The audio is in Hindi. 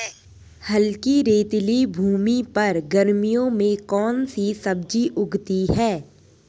हल्की रेतीली भूमि पर गर्मियों में कौन सी सब्जी अच्छी उगती है?